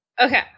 Okay